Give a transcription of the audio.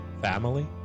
family